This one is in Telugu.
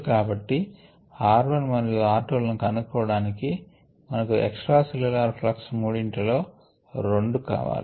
కాబట్టి r 1 మరియు r 2 లను కనుక్కోవడానికి మనకు ఎక్స్ట్రా సెల్ల్యులర్ ప్లక్స్ మూడింటి లో 2 కావాలి